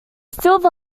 silver